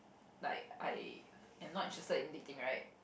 like I am not interested in dating right